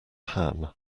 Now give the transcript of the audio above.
ham